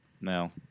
No